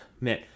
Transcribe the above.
man